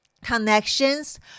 connections